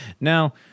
Now